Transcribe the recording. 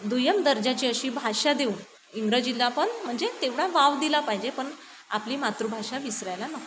दुय्यम दर्जाची अशी भाषा देऊन इंग्रजीला पण म्हणजे तेवढा वाव दिला पाहिजे पण आपली मातृभाषा विसरायला नको